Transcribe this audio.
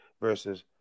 versus